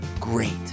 great